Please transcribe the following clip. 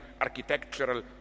architectural